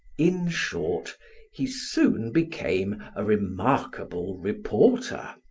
in short he soon became a remarkable reporter,